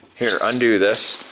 here, undo this,